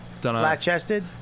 Flat-chested